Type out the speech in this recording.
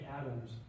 Adams